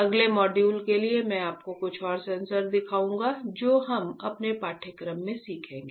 अगले मॉड्यूल के लिए मैं आपको कुछ और सेंसर दिखाऊंगा जो हम अपने पाठ्यक्रम में सीखेंगे